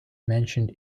mentioned